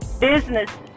business